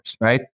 right